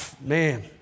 man